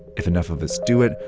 if enough of us do it,